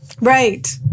Right